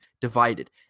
divided